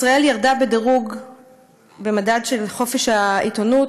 ישראל ירדה בדירוג במדד של חופש העיתונות,